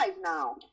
now